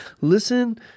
listen